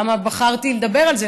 למה בחרתי לדבר על זה.